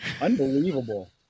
Unbelievable